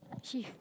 shift